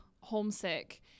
homesick